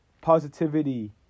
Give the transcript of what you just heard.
positivity